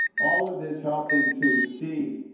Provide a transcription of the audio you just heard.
all of this helping to see.